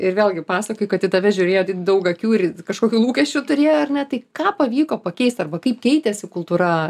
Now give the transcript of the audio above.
ir vėlgi pasakoji kad į tave žiūrėjo daug akių ir kažkokių lūkesčių turėjo ar ne tai ką pavyko pakeist arba kaip keitėsi kultūra